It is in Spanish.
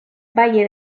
valle